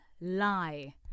Lie